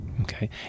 Okay